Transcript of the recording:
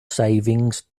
savings